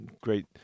great